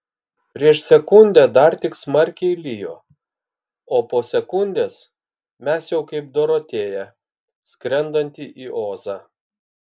prieš sekundę dar tik smarkiai lijo o po sekundės mes jau kaip dorotėja skrendanti į ozą